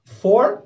four